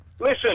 Listen